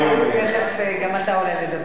חבר הכנסת גילאון, תיכף גם אתה עולה לדבר.